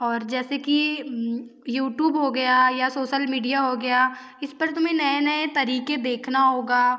और जैसे कि यूटूब हो गया या सोसल मीडिया हो गया इस पर तुम्हें नए नए तरीक़े देखना होगा